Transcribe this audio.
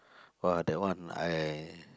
!wah! that one I